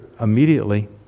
immediately